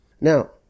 Now